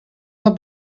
nur